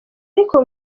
ariko